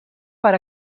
per